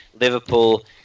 Liverpool